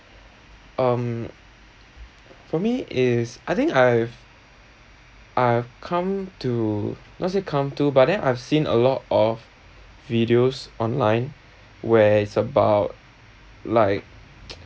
um for me it's I think I've I've come to not say come to but then I've seen a lot of videos online where it's about like